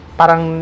parang